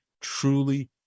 truly